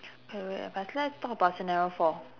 wait wait but let us talk about scenario four